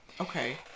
Okay